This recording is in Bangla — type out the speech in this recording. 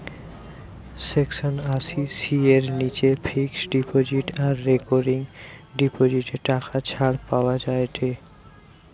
সেকশন আশি সি এর নিচে ফিক্সড ডিপোজিট আর রেকারিং ডিপোজিটে টাকা ছাড় পাওয়া যায়েটে